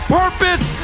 purpose